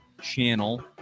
channel